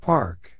Park